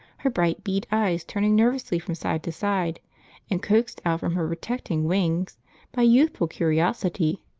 her bright bead eyes turning nervously from side to side and, coaxed out from her protecting wings by youthful curiosity,